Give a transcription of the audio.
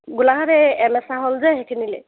গোলাঘাট এই এলেচা হ'ল যে সেইখিনিলৈ